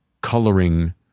coloring